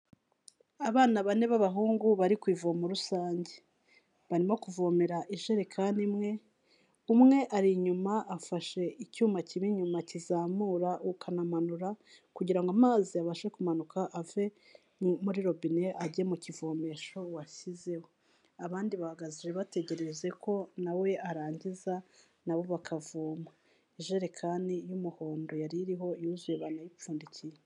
Abana bane b'abahungu bari ku ivomo rusange. Barimo kuvomera ijerekani imwe, umwe ari inyuma afashe icyuma kiba inyuma kizamura ukanamanura kugira ngo amazi abashe kumanuka ave muri robine ajye mu kivomesho washyizeho. Abandi bahagaze bategereze ko na we arangiza na bo bakavoma. Ijerekani y'umuhondo yari iriho yuzuye banayipfundikiye.